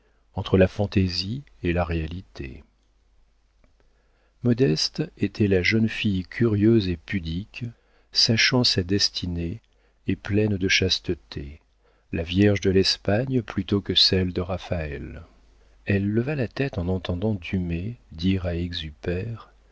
entre la fantaisie et la réalité modeste était la jeune fille curieuse et pudique sachant sa destinée et pleine de chasteté la vierge de l'espagne plutôt que celle de raphaël elle leva la tête en entendant dumay dire à